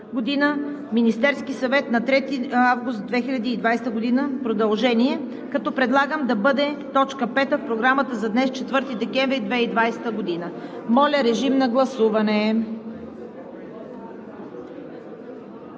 Министерският съвет на 3 август 2020 г. – продължение, като предлагам да бъде точка пета в Програмата за днес, 4 декември 2020 г. Моля, режим на гласуване.